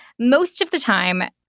most of the time,